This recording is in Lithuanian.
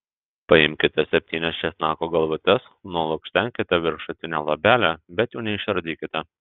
paimkite septynias česnako galvutes nulukštenkite viršutinę luobelę bet jų neišardykite